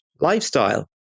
lifestyle